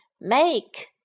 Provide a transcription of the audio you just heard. Make